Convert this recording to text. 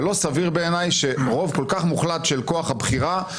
ולא סביר בעיניי שרוב כל כך מוחלט של כוח הבחירה,